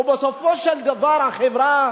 ובסופו של דבר החברה,